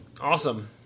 awesome